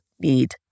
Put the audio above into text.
need